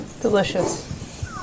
Delicious